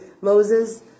Moses